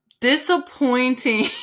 disappointing